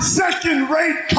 second-rate